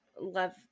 love